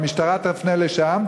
המשטרה תפנה לשם,